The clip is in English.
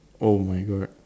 oh my god